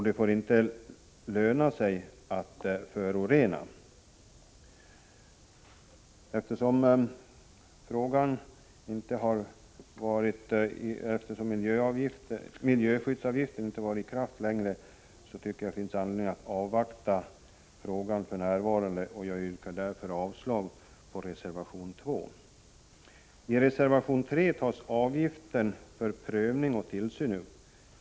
Det får inte löna sig att förorena. Jag anser att det finns anledning att avvakta för närvarande, och jag yrkar därför avslag på reservation 2. I reservation 3 tas avgiften för prövning och tillsyn upp.